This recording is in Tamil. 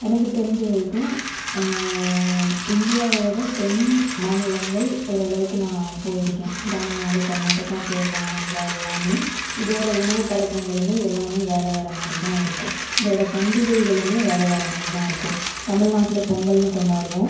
எனக்கு தெரிஞ்ச வரைக்கும் இந்தியாவோடய தென் மாநிலங்கள் ஓரளவுக்கு நான் போயிருக்கேன் தமிழ்நாடு கர்நாடகா கேரளா ஆந்திரா எல்லாமே இதோடய உணவு பழக்கங்களுமே எல்லாமே வேறு வேறு மாதிரி தான் இருக்கும் இதோடய பண்டிகைகளுமே வேறு வேறு மாதிரி தான் இருக்கும் தமிழ்நாட்ல பொங்கல்ன்னு கொண்டாடுவோம்